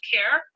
Care